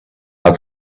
how